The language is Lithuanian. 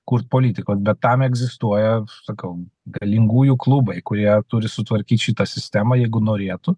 kurt politikos bet tam egzistuoja sakau galingųjų klubai kurie turi sutvarkyt šitą sistemą jeigu norėtų